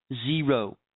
Zero